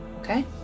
okay